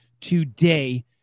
today